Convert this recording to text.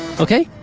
okay?